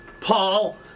Paul